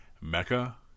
mecca